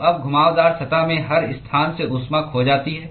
तो अब घुमावदार सतह में हर स्थान से ऊष्मा खो जाती है